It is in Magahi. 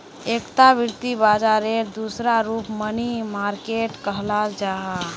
एकता वित्त बाजारेर दूसरा रूप मनी मार्किट कहाल जाहा